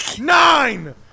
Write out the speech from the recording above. NINE